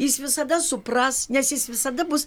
jis visada supras nes jis visada bus